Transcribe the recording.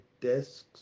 desks